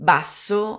Basso